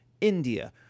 India